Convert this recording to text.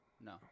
No